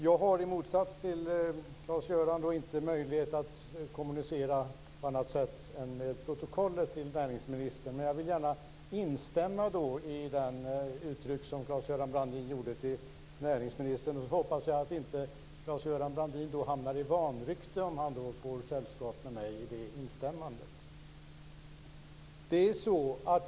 Jag har i motsats till Claes-Göran inte möjlighet att kommunicera med näringsministern på annat sätt än genom protokollet. Men jag vill gärna instämma i det Claes-Göran Brandin uttryckte till näringsministern. Jag hoppas att Claes-Göran Brandin inte hamnar i vanrykte om han får sällskap av mig genom det instämmandet.